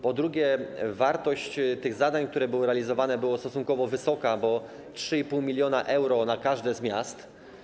Po drugie, wartość tych zadań, które były realizowane, była stosunkowo wysoka, bo 3,5 mln euro na każde z miast.